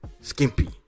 skimpy